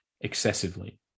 excessively